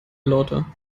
lauter